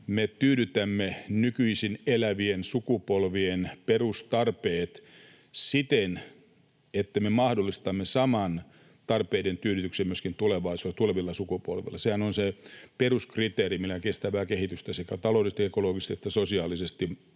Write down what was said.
me tyydytämme nykyisin elävien sukupolvien perustarpeet siten, että me mahdollistamme saman tarpeiden tyydytyksen myöskin tuleville sukupolville. Sehän on se peruskriteeri, millä kestävää kehitystä — taloudellisesti, ekologisesti ja sosiaalisesti — sitten